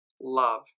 love